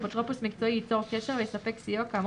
אפוטרופוס מקצועי ייצור קשר ויספק סיוע כאמור